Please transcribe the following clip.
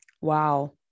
Wow